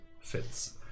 fits